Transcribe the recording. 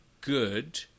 good